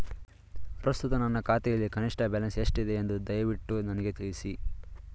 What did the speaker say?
ಪ್ರಸ್ತುತ ನನ್ನ ಖಾತೆಯಲ್ಲಿ ಕನಿಷ್ಠ ಬ್ಯಾಲೆನ್ಸ್ ಎಷ್ಟಿದೆ ಎಂದು ದಯವಿಟ್ಟು ನನಗೆ ತಿಳಿಸಿ